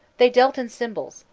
they dealt in symbols,